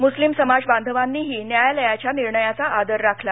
मुस्लिम समाज बांधवांनीही न्यायालयाच्या निर्णयाचा आदर राखला